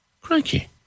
Cranky